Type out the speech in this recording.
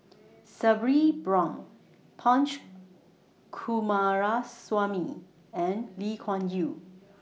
Sabri Buang Punch Coomaraswamy and Lee Kuan Yew